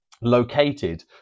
located